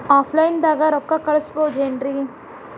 Offline ದಾಗ ರೊಕ್ಕ ಕಳಸಬಹುದೇನ್ರಿ?